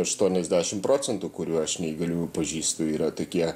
aštuoniasdešim procentų kurių aš neįgaliųjų pažįstu yra takie